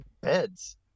beds